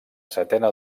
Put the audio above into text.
setena